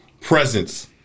presence